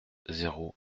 zéro